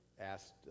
asked